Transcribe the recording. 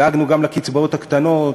דאגנו גם לקצבאות הקטנות,